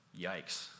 Yikes